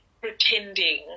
pretending